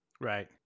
Right